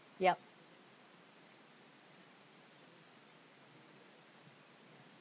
yup